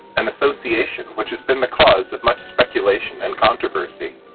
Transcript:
an association which has been the cause of much speculation and controversy.